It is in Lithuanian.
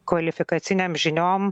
kvalifikacinėm žiniom